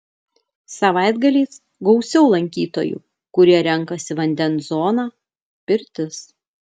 savaitgaliais gausiau lankytojų kurie renkasi vandens zoną pirtis